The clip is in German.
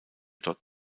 dort